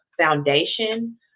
foundation